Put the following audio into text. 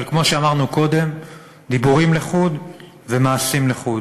אבל כמו שאמרנו קודם, דיבורים לחוד ומעשים לחוד.